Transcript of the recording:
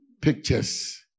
pictures